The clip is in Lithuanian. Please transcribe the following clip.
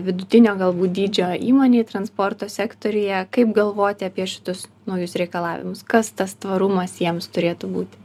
vidutinio galbūt dydžio įmonei transporto sektoriuje kaip galvoti apie šitus naujus reikalavimus kas tas tvarumas jiems turėtų būti